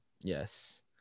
Yes